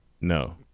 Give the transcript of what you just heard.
No